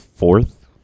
fourth